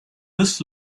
this